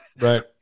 Right